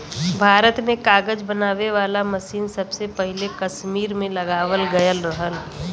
भारत में कागज बनावे वाला मसीन सबसे पहिले कसमीर में लगावल गयल रहल